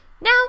Now